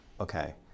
okay